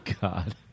God